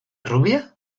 rubia